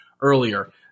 earlier